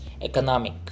economic